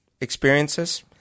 experiences